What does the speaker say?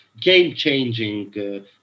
game-changing